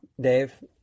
Dave